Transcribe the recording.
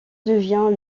devient